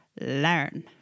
learn